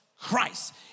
Christ